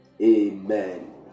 amen